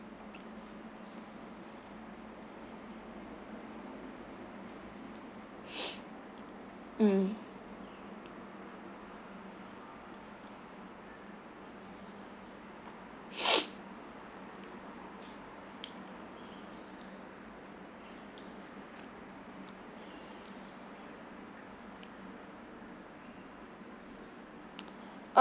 mm